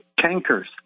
tankers